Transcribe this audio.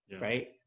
right